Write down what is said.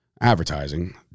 Advertising